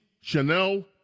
Chanel